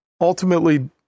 ultimately